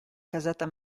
casata